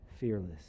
Fearless